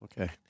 Okay